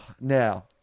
Now